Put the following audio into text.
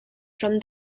from